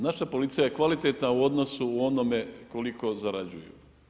Naša policija je kvalitetna u odnosu onome koliko zarađuje.